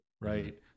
right